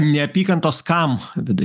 neapykantos kam vidai